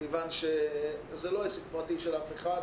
מכיוון שזה לא עסק פרטי של אף אחד,